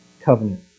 covenant